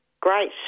Great